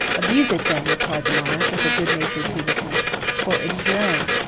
abuse it then, replied the monarch, with a good-natured peevishness for it is your own.